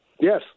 Yes